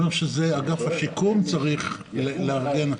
אגף השיקום צריך לארגן את זה.